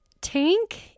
Tank